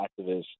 activists